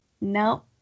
no